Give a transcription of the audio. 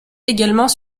également